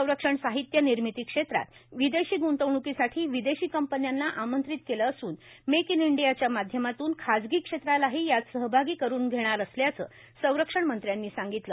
संरक्षण साहित्य निर्मिती क्षेत्रात विदेशी ग्रंतवणूकीसाठी विदेशी कंपन्यांना आमंत्रित केलं असून मेक इन इंडियाच्या माध्यमातून खासगी क्षेत्रालाही यात सहभागी करून घेणार असल्याचं संरक्षण मंत्र्यांनी सांगितलं